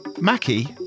Mackie